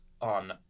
on